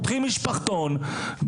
פותחים משפחתון,